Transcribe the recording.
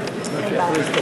תוצאות